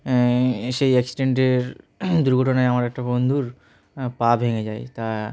সেই অ্যাক্সিডেন্টের দুর্ঘটনায় আমার একটা বন্ধুর পা ভেঙে যায় তা